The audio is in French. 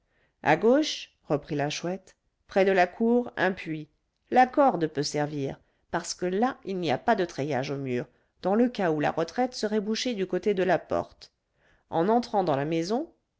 à gauche reprit la chouette près de la cour un puits la corde peut servir parce que là il n'y a pas de treillage au mur dans le cas où la retraite serait bouchée du côté de la porte en entrant dans la maison